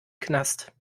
knast